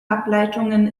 ableitungen